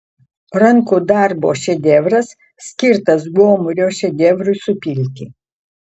rankų darbo šedevras skirtas gomurio šedevrui supilti